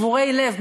שבורי לב,